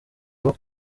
rwo